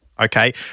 Okay